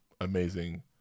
amazing